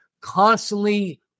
constantly